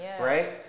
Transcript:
right